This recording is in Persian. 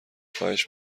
خواهش